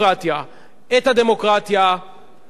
את הדמוקרטיה לאנרכיה.